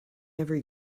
every